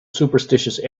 superstitious